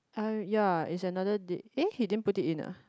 uh ya it's another date eh he didn't put it in ah